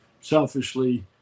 selfishly